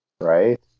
Right